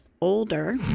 older